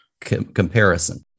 comparison